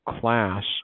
class